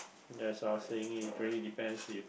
as I was saying it really depends if